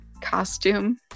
costume